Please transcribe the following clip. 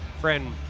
friend